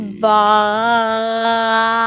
Bye